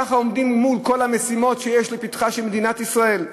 ככה עומדים מול כל המשימות שיש לפתחה של מדינת ישראל?